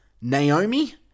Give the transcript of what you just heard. Naomi